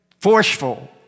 forceful